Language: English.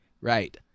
Right